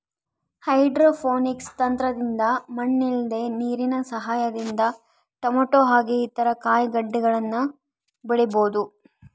hydroponics ತಂತ್ರದಿಂದ ಮಣ್ಣಿಲ್ದೆ ನೀರಿನ ಸಹಾಯದಿಂದ ಟೊಮೇಟೊ ಹಾಗೆ ಇತರ ಕಾಯಿಗಡ್ಡೆಗಳನ್ನ ಬೆಳಿಬೊದು